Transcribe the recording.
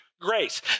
grace